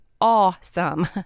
awesome